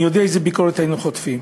אני יודע איזו ביקורת היינו חוטפים.